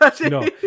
no